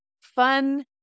fun